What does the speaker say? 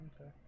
Okay